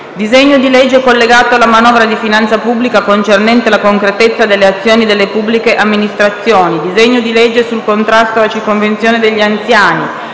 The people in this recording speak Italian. disegno di legge collegato alla manovra di finanza pubblica concernente la concretezza delle azioni delle pubbliche amministrazioni; disegno di legge sul contrasto alla circonvenzione degli anziani;